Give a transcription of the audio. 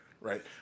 Right